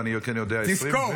ואני כן יודע 20 --- תזכור.